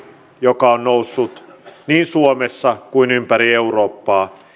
joka on noussut niin suomessa kuin ympäri eurooppaa